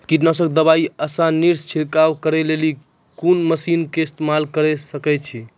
कीटनासक दवाई आसानीसॅ छिड़काव करै लेली लेल कून मसीनऽक इस्तेमाल के सकै छी?